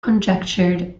conjectured